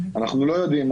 אנחנו לא יודעים,